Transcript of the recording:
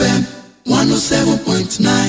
107.9